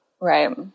Right